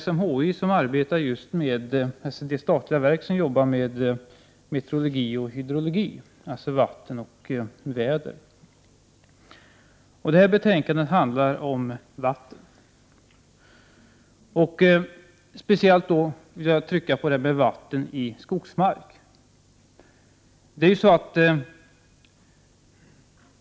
SMHI arbetar med just det statliga verk som jobbar med meteorologi och hydrologi, alltså väder och vatten. Det här betänkandet handlar om vatten. Jag vill då speciellt ta upp frågor som gäller vatten i skogsmark.